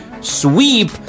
sweep